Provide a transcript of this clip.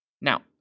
Now